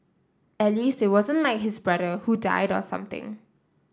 at least it wasn't like his brother who died or something